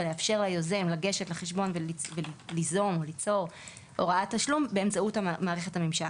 לאפשר ליוזם לגשת לחשבון וליזום הוראת תשלום באמצעות מערכת הממשק,